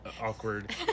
awkward